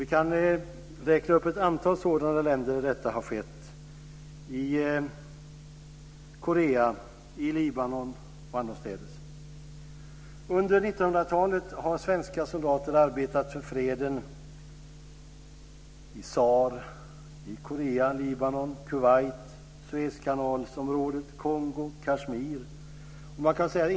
Vi kan räkna upp ett antal sådana länder där detta har skett - i Korea, i Libanon och annorstädes. Under 1900-talet har svenska soldater arbetat för freden i Saar, i Korea, i Libanon, i Kuwait, i området kring Suezkanalen, i Kongo, i Kashmir.